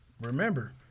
remember